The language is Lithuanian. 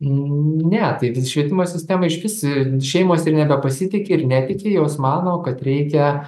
ne tai švietimo sistema išvis šeimos ir nebepasitiki ir netiki jos mano kad reikia